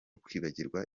kwibagirwa